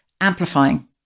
amplifying